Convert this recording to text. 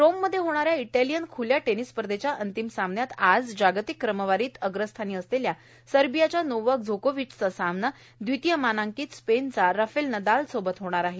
रोममध्ये होणा या इटालियन खुल्या टेनिस स्पर्धेच्या अंतिम सामन्यात आज जागतिक क्रमवारीत अग्रस्थानी असलेल्या सर्बियाच्या नोवाक जोकोविच चा सामना द्वितीय मानांकित स्पेनच्या राफेल नदाल सोबत होणार आहे